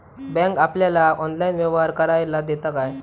Bank आपल्याला online व्यवहार करायला देता काय?